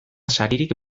saririk